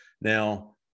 Now